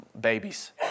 babies